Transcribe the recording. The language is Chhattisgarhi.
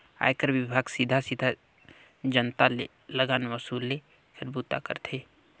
आयकर विभाग सीधा सीधा जनता ले लगान वसूले कर बूता करथे